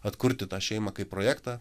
atkurti tą šeimą kaip projektą